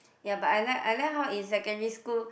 ya but I like I like how in secondary school